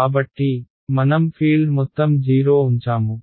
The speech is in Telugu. కాబట్టి మనం ఫీల్డ్ మొత్తం 0 ఉంచాము